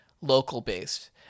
local-based